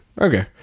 Okay